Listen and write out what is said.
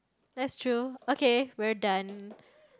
that's true okay we're done